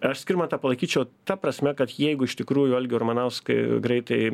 aš skirmantą palaikyčiau ta prasme kad jeigu iš tikrųjų algio ramanauskai greitai